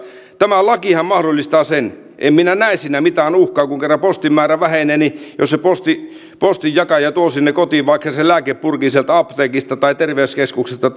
tämä lakihan mahdollistaa sen en minä näe siinä mitään uhkaa kun kerran postin määrä vähenee niin jos se postinjakaja tuo sinne kotiin vaikka sen lääkepurkin sieltä apteekista tai terveyskeskuksesta